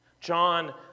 John